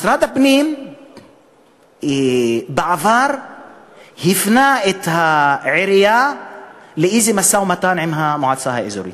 משרד הפנים בעבר הפנה את העירייה למשא-ומתן עם המועצה האזורית,